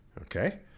Okay